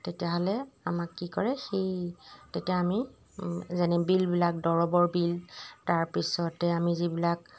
তেতিয়াহ'লে আমাক কি কৰে সেই তেতিয়া আমি যেনে বিলবিলাক দৰৱৰ বিল তাৰপিছতে আমি যিবিলাক